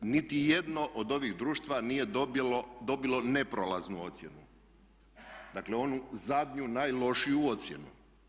Niti jedno od ovih društva nije dobilo neprolaznu ocjenu, dakle onu zadnju, najlošiju ocjenu.